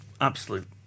absolute